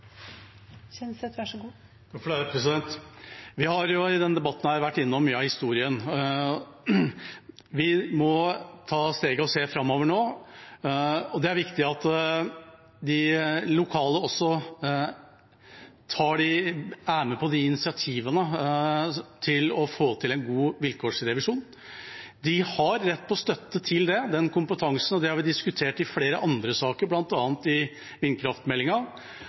Vi har i denne debatten vært innom mye av historien. Vi må ta steget og se framover nå, og det er viktig at de lokale også er med på de initiativene til å få til en god vilkårsrevisjon. De har rett til støtte til det, til den kompetansen. Dette har vi også diskutert i flere andre saker, bl.a. i